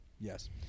Yes